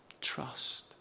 Trust